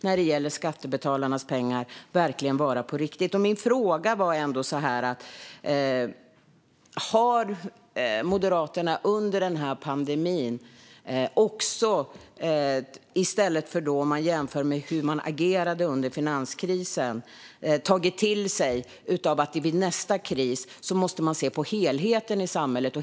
När det gäller skattebetalarnas pengar måste det verkligen vara på riktigt. Min fråga var: Har Moderaterna under pandemin, jämfört med hur man agerade under finanskrisen, tagit till sig att man vid nästa kris måste se på helheten i samhället?